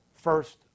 first